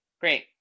Great